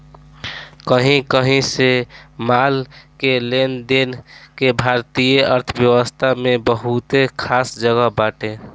कही कही से माल के लेनदेन के भारतीय अर्थव्यवस्था में बहुते खास जगह बाटे